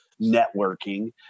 networking